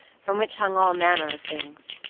from which hung all manner of things.